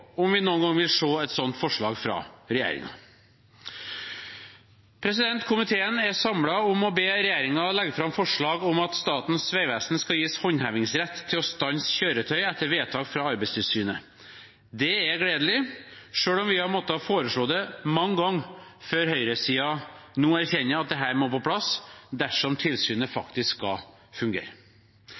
om vi noen gang vil se et sånt forslag fra regjeringen. Komiteen er samlet om å be regjeringen legge fram forslag om at Statens vegvesen skal gis håndhevingsrett til å stanse kjøretøy etter vedtak fra Arbeidstilsynet. Det er gledelig, selv om vi har måttet foreslå det mange ganger før høyresiden nå erkjenner at dette må på plass dersom tilsynet faktisk skal fungere.